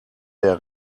der